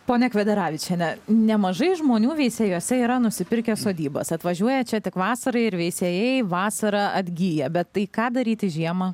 ponia kvedaravičienė nemažai žmonių veisiejuose yra nusipirkę sodybas atvažiuoja čia tik vasarai ir veisiejai vasarą atgyja bet tai ką daryti žiemą